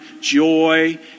joy